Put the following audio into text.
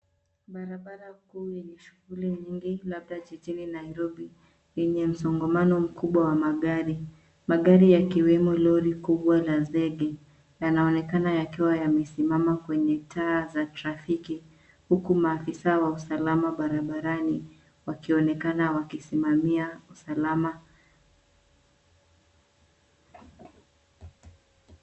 Barabara kuu yenye shuguli nyingi labda jijini Nairobi lenye msongamano mkubwa wa magari. Magari yakiwemo lori kubwa la zege yanaonekana yakiwa yamesimama kwenye taa za trafiki, huku maafisa wa usalama barabarani wakionekana wakisimamia usalama.